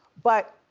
but.